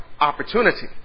Opportunity